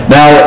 Now